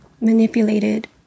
manipulated